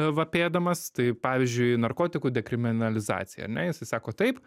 vapėdamas tai pavyzdžiui narkotikų dekriminalizacija ar ne jisai sako taip